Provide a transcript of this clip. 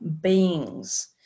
beings